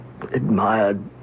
admired